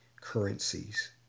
currencies